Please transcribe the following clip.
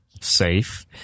safe